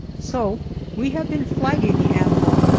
so we have been flagging the antelope,